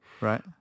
Right